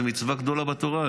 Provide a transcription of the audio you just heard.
זאת מצווה גדולה בתורה,